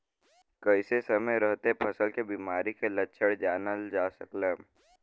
कइसे समय रहते फसल में बिमारी के लक्षण जानल जा सकेला?